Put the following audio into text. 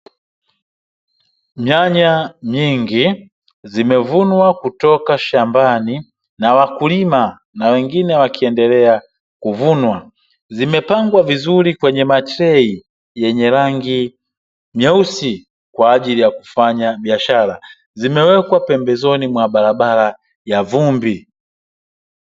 Nyanya nyingi zimevunwa kutoka shambani na wakulima, na wengine wakiendelea kuvuna, zimepangwa vizuri kwenye matrei yenye rangi nyeusi kwa ajili ya kufanya biashara, zimewekwa pembezoni mwa barabara ya vumbi.